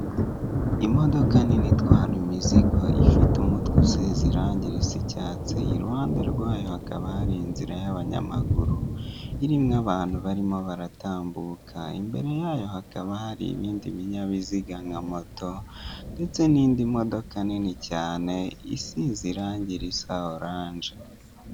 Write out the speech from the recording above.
Imodoka nini itwara imizigo ifite umutwe usize irangiriza risa icyatse iruhande rwayo hakaba hari inzira y'abanyamaguru irimo abantu barimo baratambuka, imbere yayo hakaba hari ibindi binyabiziga nka moto ndetse n'indi modoka nini cyane isize irange risa oranje.